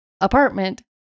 apartment